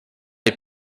est